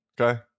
okay